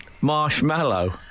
Marshmallow